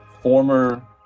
former